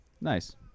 Nice